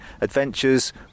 Adventures